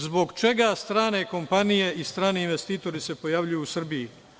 Zbog čega strane kompanije i strani investitori se pojavljuju u Srbiji?